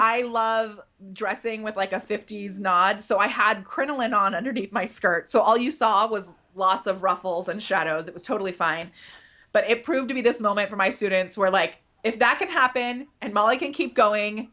i love dressing with like a fifty's nod so i had crinoline on underneath my skirt so all you saw was lots of ruffles and shadows it was totally fine but it proved to be this moment for my students where like if that can happen and molly can keep going